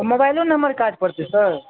आ मोबाइलो नम्बरके काज पड़तै सर